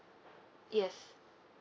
yes